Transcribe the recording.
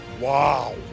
Wow